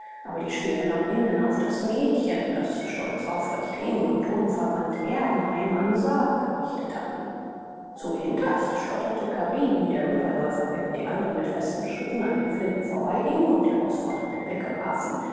aber die speere nach innen auf das mädchen das stolzaufrecht ging und unverwandt erbenheim ansah gerichtet hatten zu hinterst schlotterte karibi der überläufer während die andren mit festen schritten an den flinten vorbeigingen und herausfordernde blicke warfen